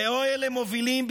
ואלה מובילים,